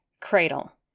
cradle